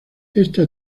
esta